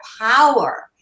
power